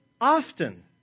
often